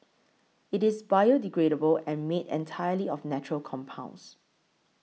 it is biodegradable and made entirely of natural compounds